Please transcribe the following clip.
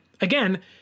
Again